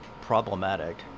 Problematic